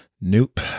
Nope